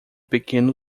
pequeno